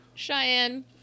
Cheyenne